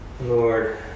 Lord